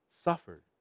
suffered